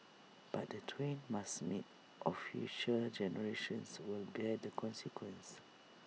but the twain must meet or future generations will bear the consequences